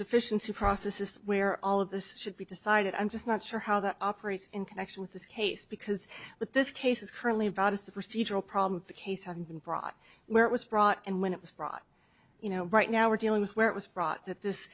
deficiency process is where all of this should be decided i'm just not sure how that operates in connection with this case because that this case is currently about is the procedural problem the case having been brought where it was brought and when it was brought you know right now we're dealing with where it was brought that this